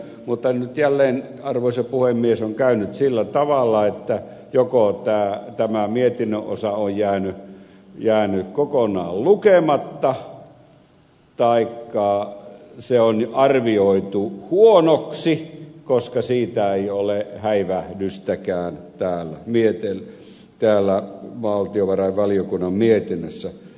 mutta nyt jälleen arvoisa puhemies on käynyt sillä tavalla että joko tämä mietinnön osa on jäänyt kokonaan lukematta taikka se on arvioitu huonoksi koska siitä ei ole häivähdystäkään valtiovarainvaliokunnan mietinnössä